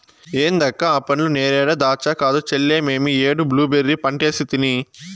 ఏంది అక్క ఆ పండ్లు నేరేడా దాచ్చా కాదు చెల్లే మేమీ ఏడు బ్లూబెర్రీ పంటేసితిని